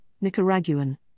Nicaraguan